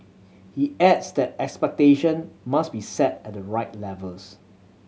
he adds that expectation must be set at the right levels